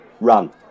run